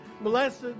Blessed